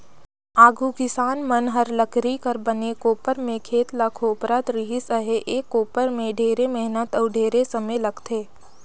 आघु किसान मन हर लकरी कर बने कोपर में खेत ल कोपरत रिहिस अहे, ए कोपर में ढेरे मेहनत अउ ढेरे समे लगथे